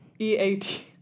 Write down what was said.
E-A-T